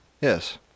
Yes